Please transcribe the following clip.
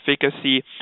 efficacy